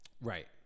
Right